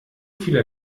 viele